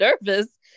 nervous